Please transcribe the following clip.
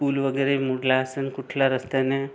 पूल वगैरे मोडला असंन कुठला रस्त्याने